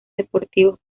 deportivos